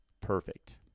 perfect